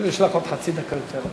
יש לך חצי דקה יותר.